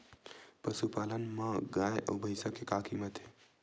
पशुपालन मा गाय अउ भंइसा के का कीमत हे?